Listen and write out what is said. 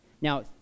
Now